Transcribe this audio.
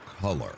color